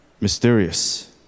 mysterious